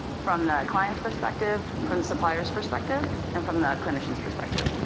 from the client's perspective, from the supplier's perspective, and from the clinician's perspective.